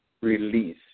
release